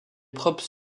propres